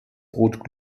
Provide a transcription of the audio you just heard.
brot